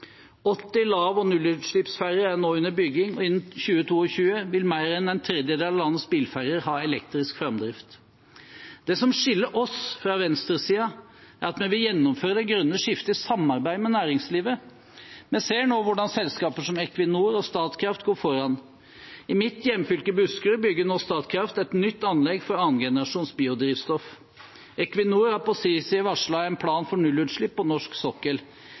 80 lav- og nullutslippsferger er nå under bygging, og innen 2022 vil mer enn en tredjedel av landets bilferger ha elektrisk framdrift. Det som skiller oss fra venstresiden, er at vi vil gjennomføre det grønne skiftet i samarbeid med næringslivet. Vi ser nå hvordan selskaper som Equinor og Statkraft går foran. I mitt hjemfylke, Buskerud, bygger nå Statkraft et nytt anlegg for andregenerasjons biodrivstoff. Equinor har på sin side varslet en plan for nullutslipp på norsk sokkel.